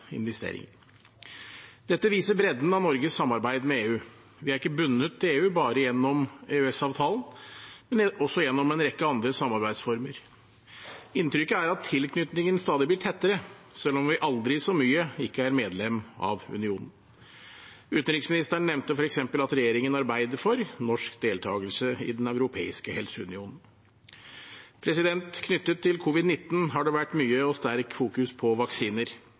investeringer. Dette viser bredden av Norges samarbeid med EU. Vi er ikke bundet til EU bare gjennom EØS-avtalen, men også gjennom en rekke andre samarbeidsformer. Inntrykket er at tilknytningen stadig blir tettere, selv om vi aldri så mye ikke er medlem av unionen. Utenriksministeren nevnte f.eks. at regjeringen arbeider for norsk deltakelse i den europeiske helseunionen. Knyttet til covid-19 har det vært mye og sterkt fokus på vaksiner.